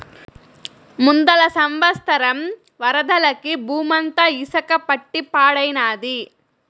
ముందల సంవత్సరం వరదలకి బూమంతా ఇసక పట్టి పాడైనాది